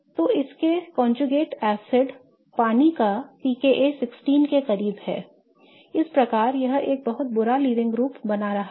तो इसके संयुग्मित एसिड पानी का pKa 16 के करीब है इस प्रकार यह एक बहुत बुरा लीविंग ग्रुप बना रहा है